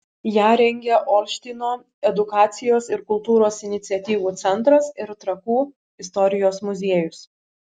ją rengia olštyno edukacijos ir kultūros iniciatyvų centras ir trakų istorijos muziejus